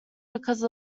because